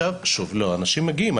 לא, שוב, אנשים מגיעים.